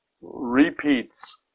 repeats